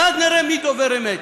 ואז נראה מי דובר אמת,